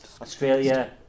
Australia